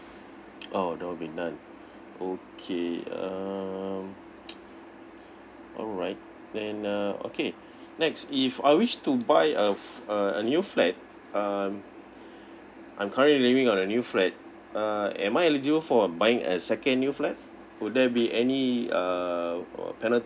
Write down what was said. oh never been done okay um alright then uh okay next if I wish to buy a a new flat um I'm currently living in a new flat uh am I eligible for a buying a second new flat would there be any uh penalty